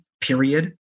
period